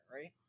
right